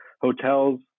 hotels